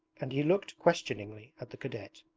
and he looked questioningly at the cadet.